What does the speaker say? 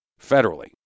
federally